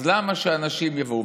אז למה שאנשים יבואו?